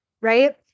right